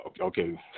okay